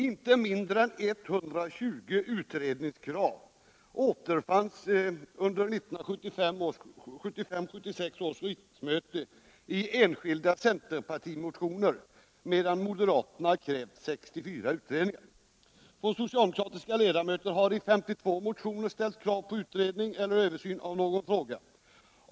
Inte mindre än 120 utredningskrav återfinns i enskilda centerpartimotioner under riksmötet 1975/76, medan moderaterna krävt 64 utredningar. Av socialdemokratiska ledamöter har i 52 motioner ställts krav på utredning eller översyn av någon fråga.